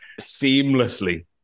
seamlessly